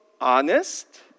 honest